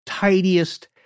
tidiest